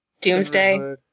Doomsday